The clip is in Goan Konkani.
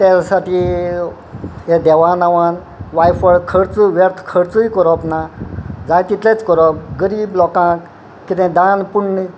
ते साठी हे देवा नांवान वायफळ खर्च व्यर्थ खर्चूय करप ना जाय तितलेंच करप गरीब लोकांक कितें दान पुण्य